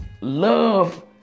love